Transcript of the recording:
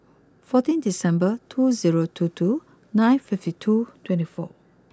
fourteen December two zero two two nine fifty two twenty four